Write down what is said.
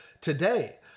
today